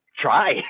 try